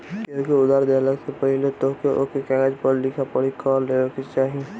केहू के उधार देहला से पहिले तोहके एगो कागज पअ लिखा पढ़ी कअ लेवे के चाही